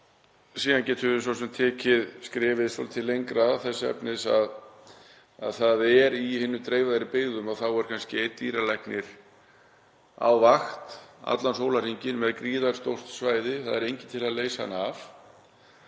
Síðan getum við svo sem tekið skrefið svolítið lengra í þessu en í hinum dreifðari byggðum er kannski einn dýralæknir á vakt allan sólarhringinn með gríðarstórt svæði og það er enginn til að leysa hann af.